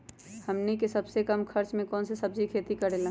हमनी के सबसे कम खर्च में कौन से सब्जी के खेती करी?